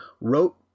wrote